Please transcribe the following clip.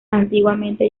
antiguamente